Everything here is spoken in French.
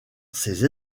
ces